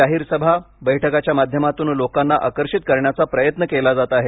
जाहीर सभा बैठकाच्या माध्यमातून लोकांना आकर्षित करण्याचा प्रयत्न केला जात आहे